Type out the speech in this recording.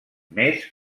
més